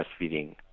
breastfeeding